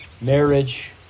marriage